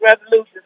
resolutions